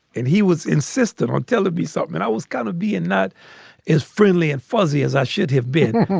and he was insistent on telling me something. and i was kind of being not as friendly and fuzzy as i should have been.